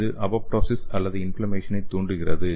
இது அப்போப்டொசிஸ் அல்லது இன்ஃப்லமேசனை தூண்டுகிறது